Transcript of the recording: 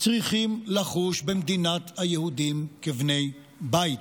צריכים לחוש במדינת היהודים כבני בית.